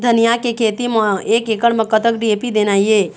धनिया के खेती म एक एकड़ म कतक डी.ए.पी देना ये?